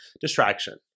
distraction